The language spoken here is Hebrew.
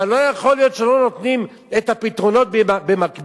אבל לא יכול להיות שלא נותנים את הפתרונות במקביל,